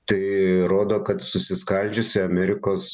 tai rodo kad susiskaldžiusi amerikos